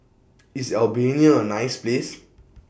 IS Albania A nice Place